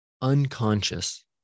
unconscious